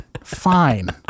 Fine